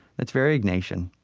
that's very ignatian.